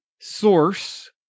source